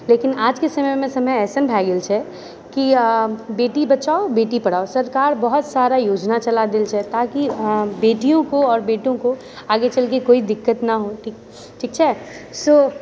लेकिन आजके समयमे समय अइसन भए गेल छै कि बेटी बचाऊ बेटी पढाओ सरकार बहुत सारा योजना चला देल छै ताकि बेटियों को आओर बेटों को आगे चलके कोई दिक्कत ना हो ठीक छै सो